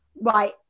right